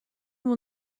will